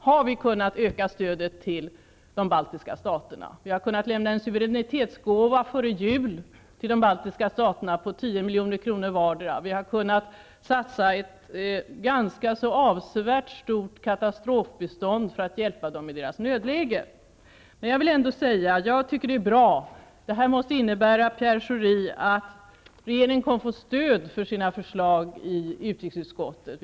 Vi har kunnat öka stödet till de baltiska staterna. Vi har kunnat lämna en suveränitetsgåva före jul till de baltiska staterna på 10 milj.kr. vardera. Vi har kunnat satsa ett ganska avsevärt katastrofbistånd för att hjälpa dem i deras nödläge. Det är bra. Det måste innebära, Pierre Schori, att regeringen kommer att få stöd för sina förslag i utrikesutskottet.